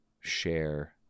share